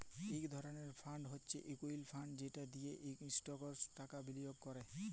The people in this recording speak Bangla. ইক ধরলের ফাল্ড হছে ইকুইটি ফাল্ড যেট দিঁয়ে ইস্টকসে টাকা বিলিয়গ ক্যরে